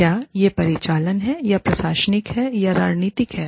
क्या यह परिचालन है या प्रशासनिक है या यह रणनीतिक है